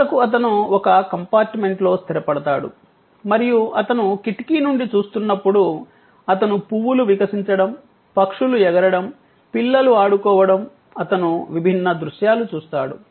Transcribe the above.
చివరకు అతను ఒక కంపార్ట్మెంట్లో స్థిరపడతాడు మరియు అతను కిటికీ నుండి చూస్తున్నప్పుడు అతను పువ్వులు వికసించడం పక్షులు ఎగరడం పిల్లలు ఆడుకోవడం అతను విభిన్న దృశ్యాలు చూస్తాడు